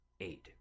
eight